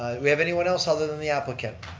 we have anyone else other than the applicant?